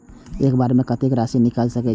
एक बार में कतेक राशि निकाल सकेछी?